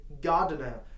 gardener